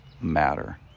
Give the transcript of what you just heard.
matter